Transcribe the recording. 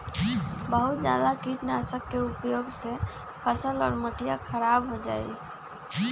बहुत जादा कीटनाशक के उपयोग से फसल और मटिया खराब हो जाहई